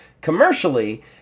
commercially